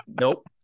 Nope